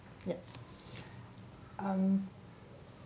ya um